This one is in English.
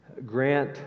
grant